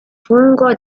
fungo